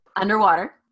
Underwater